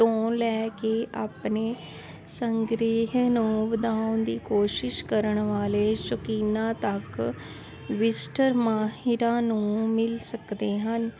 ਤੋਂ ਲੈ ਕੇ ਆਪਣੇ ਸੰਗ੍ਰਹਿ ਨੂੰ ਵਧਾਉਣ ਦੀ ਕੋਸ਼ਿਸ਼ ਕਰਨ ਵਾਲੇ ਸ਼ੌਕੀਨਾਂ ਤੱਕ ਵਿਜ਼ਟਰ ਮਾਹਿਰਾਂ ਨੂੰ ਮਿਲ ਸਕਦੇ ਹਨ